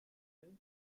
durant